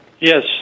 Yes